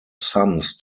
sums